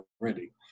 already